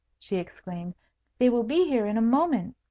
she exclaimed they will be here in a moment.